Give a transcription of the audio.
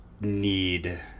need